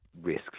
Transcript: Risk